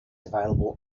available